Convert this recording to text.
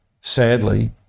Sadly